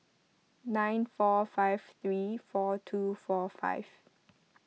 nine four five three four two four five